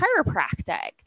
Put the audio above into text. chiropractic